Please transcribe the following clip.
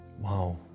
Wow